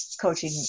coaching